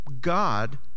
God